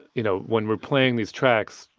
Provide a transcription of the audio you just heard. you know, when we're playing these tracks,